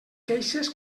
queixes